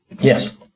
Yes